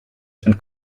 and